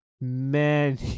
Man